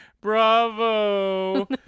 Bravo